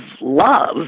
love